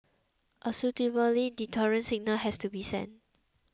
a suitably deterrent signal has to be sent